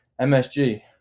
MSG